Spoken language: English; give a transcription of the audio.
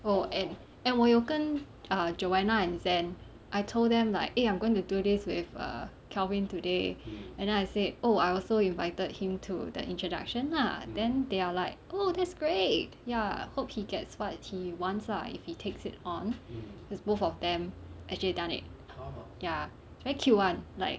oh and and 我有跟 err joanna and zen I told them like eh I'm going to to this with err kelvin today and then I said oh I also invited him to the introduction lah then they are like oh that's great ya hope he gets what he wants lah if he takes it on cause both of them actually done it ya it's very cute [one] like